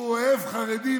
שהוא אוהב חרדים.